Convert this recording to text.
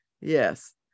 yes